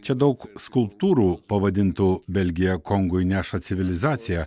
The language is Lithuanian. čia daug skulptūrų pavadintų belgija kongui neša civilizaciją